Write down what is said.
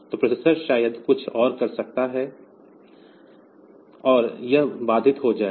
तो प्रोसेसर शायद कुछ और कर रहा है और यह बाधित हो जाएगा